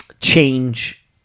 change